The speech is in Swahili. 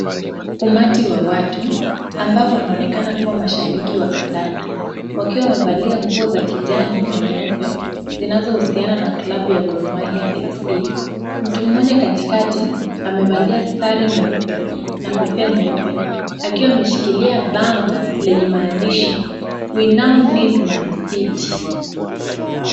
Umati wa watu ambao wanaonekana kuwa mashabiki wa kandanda wakiwa wamevalia nguo za kijani na nyeupe zinazohusiana na klabu ya Gor Mahia FC. Mtu mmoja katikati amevalia sare nyeupe na kofia nyeupe akiwa ameshikilia bango lenye maandishi we now need Man City .